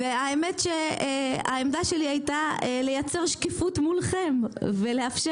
האמת שהעמדה שלי הייתה לייצר שקיפות מולכם ולאפשר